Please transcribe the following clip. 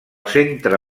centre